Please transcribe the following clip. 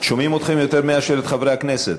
שומעים אתכם יותר מאשר את חברי הכנסת.